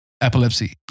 epilepsy